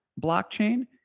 blockchain